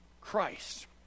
Christ